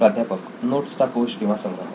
प्राध्यापक नोट्सचा कोश किंवा संग्रह